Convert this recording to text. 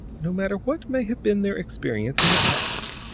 no matter what may have been their experience in the past,